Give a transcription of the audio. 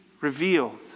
revealed